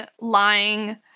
lying